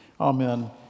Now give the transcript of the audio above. Amen